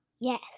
Yes